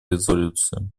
резолюции